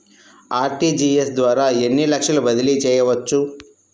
RTGS ద్వారా ఎన్ని లక్షలు బదిలీ చేయవచ్చు?